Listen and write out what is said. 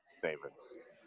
favorites